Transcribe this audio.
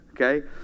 okay